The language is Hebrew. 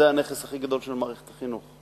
זה הנכס הכי גדול של מערכת החינוך.